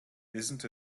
isn’t